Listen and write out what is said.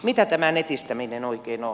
mitä tämä netistäminen oikein on